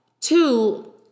two